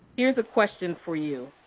here's a question for you.